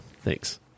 Thanks